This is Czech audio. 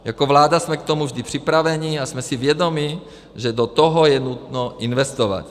Jako vláda jsme k tomu vždy připraveni a jsme si vědomi, že do toho je nutno investovat.